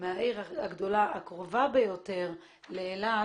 מהעיר הגדולה הקרובה ביותר לאילת